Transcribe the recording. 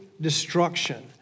destruction